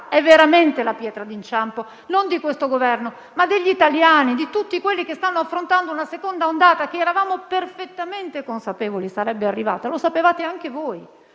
è veramente la pietra di inciampo, non di questo Governo ma degli italiani, di tutti quelli che stanno affrontando una seconda ondata che eravamo perfettamente consapevoli sarebbe arrivata. Lo sapevate anche voi.